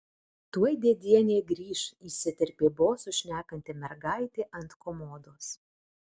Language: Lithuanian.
tuoj dėdienė grįš įsiterpė bosu šnekanti mergaitė ant komodos